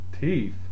Teeth